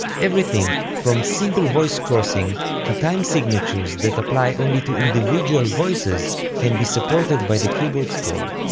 everything from simple voice crossings to time signatures that apply only to individual voices can be supported by the keyboard score,